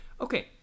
Okay